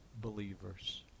believers